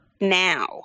now